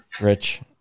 Rich